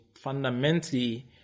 fundamentally